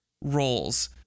roles